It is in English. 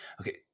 Okay